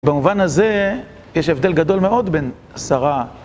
במובן הזה יש הבדל גדול מאוד בין שרה